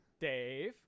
Dave